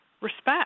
respect